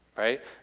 right